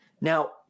Now